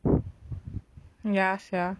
ya sia